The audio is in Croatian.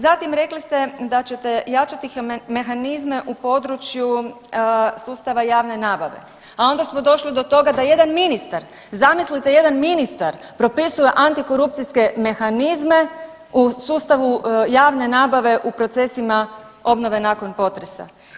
Zatim, rekli ste da ćete jačati mehanizme u području sustava javne nabave, a onda smo došli do toga jedan ministar, zamislite, jedan ministar propisuje antikorupcijske mehanizme u sustavu javne nabave u procesima obnove nakon potresa.